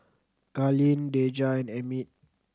Carleen Dejah and Emmit